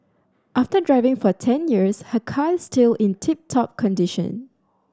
after driving for ten years her car is still in tip top condition